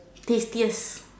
tastiest